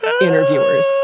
interviewers